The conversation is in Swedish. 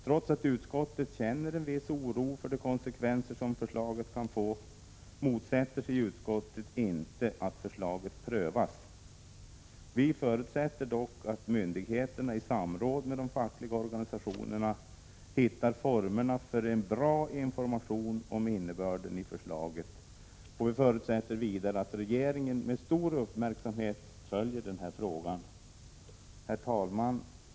Trots att utskottet känner en viss oro för de konsekvenser som förslaget kan få, motsätter sig utskottet inte att förslaget prövas. Vi förutsätter dock att myndigheterna i samråd med de fackliga organisationerna hittar formerna för en bra information om innebörden i förslaget. Vi förutsätter vidare att regeringen med stor uppmärksamhet följer frågan. Herr talman!